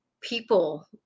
people